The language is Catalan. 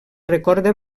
recorda